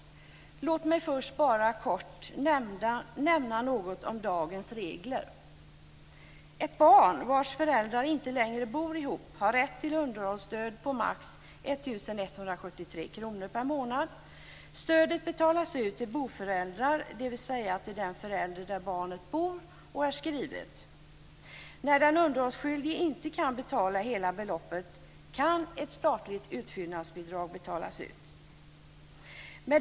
Låt mig först bara kort nämna något om dagens regler. Ett barn vars föräldrar inte längre bor ihop har rätt till underhållsstöd på max 1 173 kr per månad. Stödet betalas ut till boföräldern, dvs. till den förälder där barnet bor och är skrivet. När den underhållsskyldige inte kan betala hela beloppet kan ett statligt utfyllnadsbidrag betalas ut.